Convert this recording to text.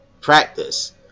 practice